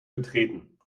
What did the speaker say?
betreten